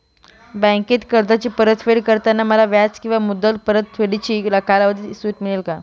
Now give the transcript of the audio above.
बँकेत कर्जाची परतफेड करताना मला व्याज किंवा मुद्दल परतफेडीच्या कालावधीत सूट मिळेल का?